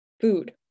food